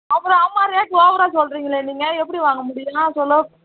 அவ்வளோ ஆமாம் ரேட் ஓவராக சொல்லுறீங்களே நீங்கள் எப்படி வாங்க முடியும் சொல்